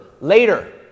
Later